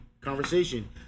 conversation